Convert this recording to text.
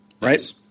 right